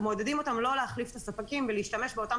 מעודדים אותם לא להחליף את הספקים ולהשתמש באותם